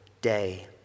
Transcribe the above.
day